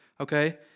okay